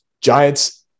Giants